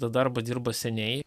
tą darbą dirba seniai